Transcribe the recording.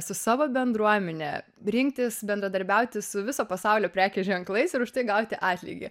su savo bendruomene rinktis bendradarbiauti su viso pasaulio prekės ženklais ir už tai gauti atlygį